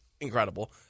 incredible